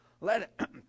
Let